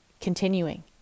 continuing